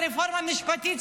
הרפורמה המשפטית,